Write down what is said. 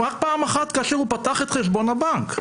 אלא רק פעם אחת כאשר הוא פתח חשבון הבנק.